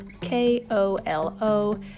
K-O-L-O